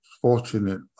fortunate